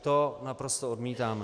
To naprosto odmítáme.